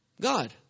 God